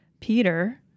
Peter